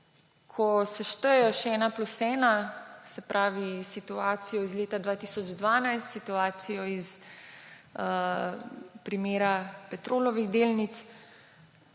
Ko sešteješ ena plus ena, se pravi situacijo iz leta 2012, situacijo iz primera Petrolovih delnic,